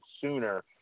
sooner